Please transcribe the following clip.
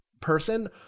person